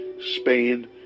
Spain